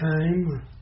time